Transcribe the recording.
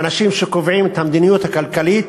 האנשים שקובעים את המדיניות הכלכלית,